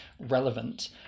relevant